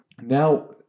now